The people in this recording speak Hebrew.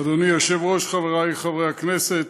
אדוני היושב-ראש, חברי חברי הכנסת,